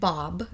Bob